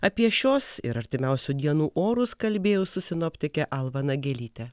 apie šios ir artimiausių dienų orus kalbėjau su sinoptike alva nagelyte